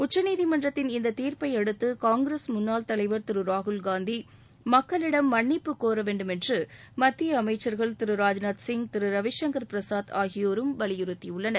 உச்சநீதிமன்றத்தின் இந்த தீாப்பை அடுத்து காங்கிரஸ் முன்னாள் தலைவர் திரு ராகுல்காந்தி மக்களிடம் ப மன்னிப்பு கோர வேண்டுமென்று மத்திய அமைச்சர்கள் திரு ராஜ்நாத்சிங் திரு ரவிசங்கள் பிரசாத் ஆகியோரும் வலியுறுத்தியுள்ளனர்